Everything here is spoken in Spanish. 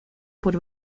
por